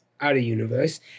out-of-universe